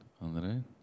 Andre